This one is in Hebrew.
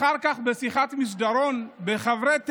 אחר כך, בשיחת מסדרון בין חברי תל"ם,